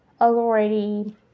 already